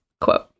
Quote